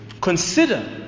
Consider